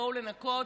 בואו לנקות,